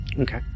Okay